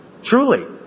Truly